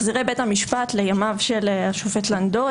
מחזירי בית המשפט לימיו של השופט לנדוי,